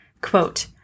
Quote